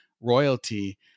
royalty